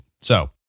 So-